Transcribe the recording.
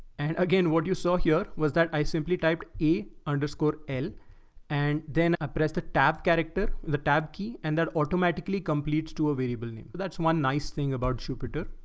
and again, what you saw here was that i simply typed e underscore l and then oppressor tab character, the tab key, and that automatically completes to a variable name. that's one nice thing about jupyter.